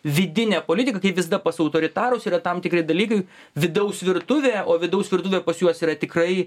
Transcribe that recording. vidinė politika kaip visada pas autoritarus yra tam tikri dalykai vidaus virtuvė o vidaus virtuvė pas juos yra tikrai